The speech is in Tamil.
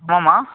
ஆமாம் அம்மா